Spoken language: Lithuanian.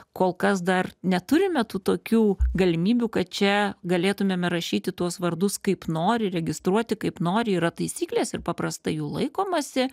kol kas dar neturime tų tokių galimybių kad čia galėtumėme rašyti tuos vardus kaip nori registruoti kaip nori yra taisyklės ir paprastai jų laikomasi